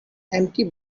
empty